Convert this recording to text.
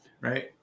right